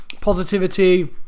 Positivity